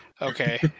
Okay